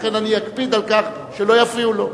לכן אני אקפיד על כך שלא יפריעו לו.